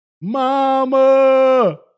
Mama